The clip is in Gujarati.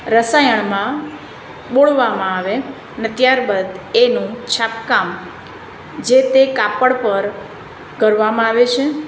રસાયણમાં બોળવામાં આવે ને ત્યાર બાદ એનું છાપકામ જે તે કાપડ પર કરવામાં આવે છે